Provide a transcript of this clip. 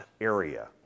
area